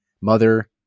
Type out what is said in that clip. mother